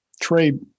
trade